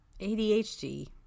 ADHD